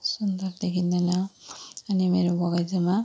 सुन्दर देखिँदैन अनि मेरो बगैँचामा